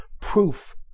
proof